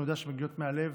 שאני יודע שמגיעות מהלב